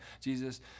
Jesus